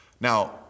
Now